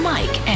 Mike